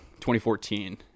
2014